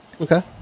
Okay